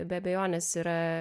be abejonės yra